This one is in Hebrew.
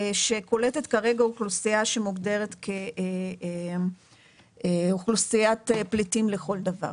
שקולטת כרגע אוכלוסייה שמוגדרת כאוכלוסיית פליטים לכל דבר.